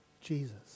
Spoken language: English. Jesus